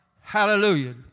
Hallelujah